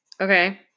Okay